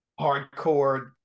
hardcore